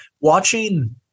Watching